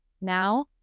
Now